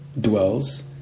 dwells